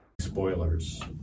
Spoilers